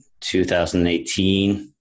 2018